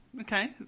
Okay